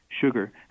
sugar